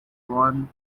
born